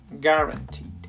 guaranteed